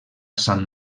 sant